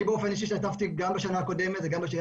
אני באופן אישי השתתפתי גם בשנה קודמת וגם בשנה